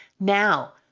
Now